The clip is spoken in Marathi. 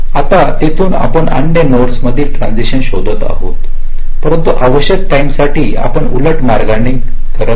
आणि तिथून आपण अन्य नोड मधील ट्रान्सिशन शोधत आहोत परंतु आवश्यक टाईम साठी आपण उलट मार्गाने करत आहोत